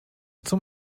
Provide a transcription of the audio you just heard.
zum